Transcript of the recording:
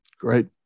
Great